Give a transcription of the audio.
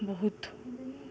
ବହୁତ